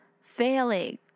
failing